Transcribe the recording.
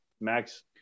Max